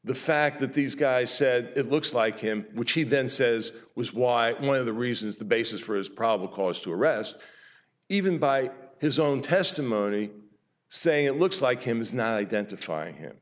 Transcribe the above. the fact that these guys said it looks like him which he then says was why one of the reasons the basis for his probable cause to arrest even by his own testimony saying it looks like him is not identifying him